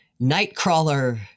Nightcrawler